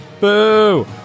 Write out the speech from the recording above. Boo